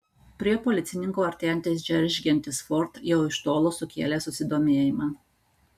prie policininkų artėjantis džeržgiantis ford jau iš tolo sukėlė susidomėjimą